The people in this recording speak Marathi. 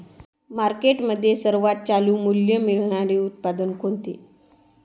मार्केटमध्ये सर्वात चालू मूल्य मिळणारे उत्पादन कोणते?